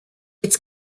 its